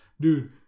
dude